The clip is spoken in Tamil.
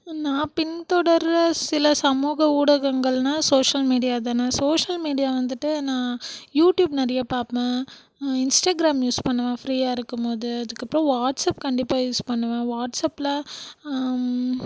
நான் பின்தொடகிர்ற சில சமூக ஊடகங்கள்னால் சோஷியல்மீடியா தான் சோஷியல்மீடியா வந்துட்டு நான் யூட்யூப் நிறைய பார்ப்பேன் இன்ஸ்ட்டாகிராம் யூஸ் பண்ணுவேன் ஃப்ரீயாக இருக்கும்போது அதுக்கப்புறம் வாட்ஸ்அப் கண்டிப்பாக யூஸ் பண்ணுவேன் வாட்ஸ்அப்பில்